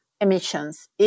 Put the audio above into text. emissions